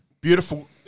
Beautiful